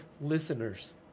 listeners